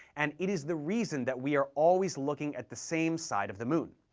and it is the reason that we are always looking at the same side of the moon.